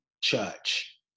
church